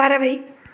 பறவை